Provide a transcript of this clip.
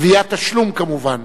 גביית תשלום כמובן.